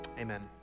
Amen